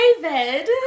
David